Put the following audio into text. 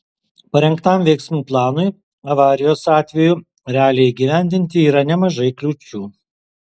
parengtam veiksmų planui avarijos atveju realiai įgyvendinti yra nemažai kliūčių